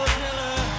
killer